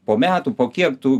po metų po kiek tu